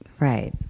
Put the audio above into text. Right